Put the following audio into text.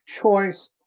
choice